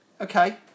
Okay